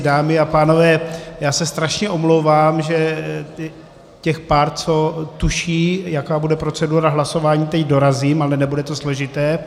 Dámy a pánové, strašně se omlouvám, že těch pár, co tuší, jaká bude procedura hlasování, teď dorazím, ale nebude to složité.